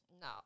No